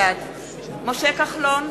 בעד משה כחלון,